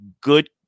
Good